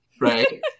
Right